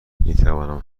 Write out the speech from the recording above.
میتوانم